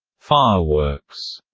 fireworks,